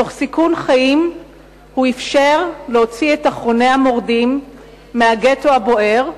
תוך סיכון חיים הוא אפשר להוציא את אחרוני המורדים מהגטו הבוער,